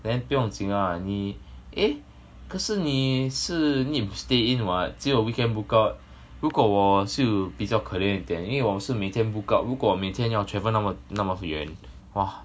then 不用紧 ah eh 你 eh 可是你是 need to stay in what 只有 weekend book out 如果我是比较可怜一点因为我是每天 book out 如果每天要 travel 那么那么远 !wah!